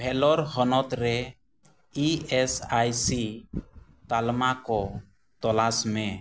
ᱵᱷᱮᱞᱳᱨ ᱦᱚᱱᱚᱛ ᱨᱮ E S I C ᱛᱟᱞᱢᱟ ᱠᱚ ᱛᱚᱞᱟᱥ ᱢᱮ